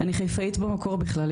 אני חיפאית במקור בכלל,